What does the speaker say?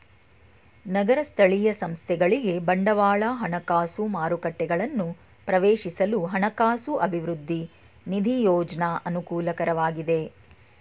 ನಗರ ಸ್ಥಳೀಯ ಸಂಸ್ಥೆಗಳಿಗೆ ಬಂಡವಾಳ ಹಣಕಾಸು ಮಾರುಕಟ್ಟೆಗಳನ್ನು ಪ್ರವೇಶಿಸಲು ಹಣಕಾಸು ಅಭಿವೃದ್ಧಿ ನಿಧಿ ಯೋಜ್ನ ಅನುಕೂಲಕರವಾಗಿದೆ